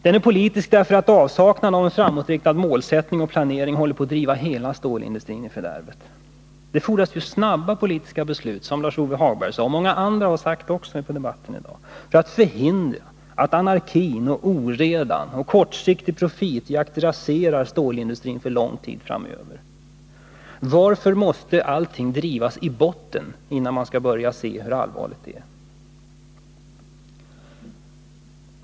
Den är politisk därför att avsaknaden av en framåtriktad målsättning och planering håller på att driva hela stålindustrin i fördärvet. Det fordras nu snabba politiska beslut, som Lars-Ove Hagberg och många andra sagt i debatten i dag, för att förhindra att anarki, oreda och kortsiktig profitjakt raserar stålindustrin för lång tid framöver. Varför måste allting drivas i botten innan man börjar se hur allvarligt läget är?